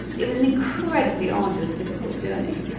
it was an incredibly arduous difficult journey.